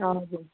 हजुर